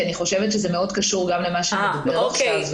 כי אני חושבת שזה מאוד קשור גם למה שאת מדברת עכשיו.